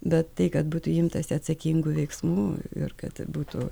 bet tai kad būtų imtasi atsakingų veiksmų ir kad būtų